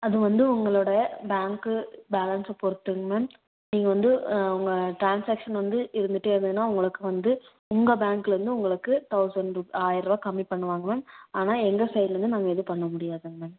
அது வந்து உங்களோடய பேங்க் பேலன்ஸை பொருத்துங்க மேம் நீங்க வந்து உங்கள் டிரான்சாக்ஷன் வந்து இருந்துகிட்டே இருந்ததுனால் உங்களுக்கு வந்து உங்கள் பேங்க்கில் இருந்து உங்களுக்கு தௌசண்ட் ருப் ஆயிருபா கம்மி பண்ணுவாங்க மேம் ஆனால் எங்கள் சைட்லருந்து நாங்கள் எதுவும் பண்ண முடியாதுங்க மேம்